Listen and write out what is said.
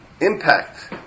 impact